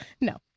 No